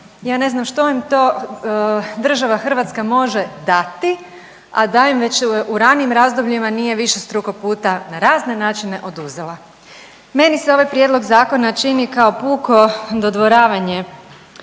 ja ne znam što im država Hrvatska može dati a da im već u ranijim razdobljima nije višestruko puta na razne načine oduzela. Meni se ovaj prijedlog zakona čini kao puko dodvoravanje